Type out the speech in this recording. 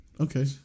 Okay